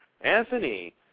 Anthony